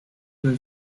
were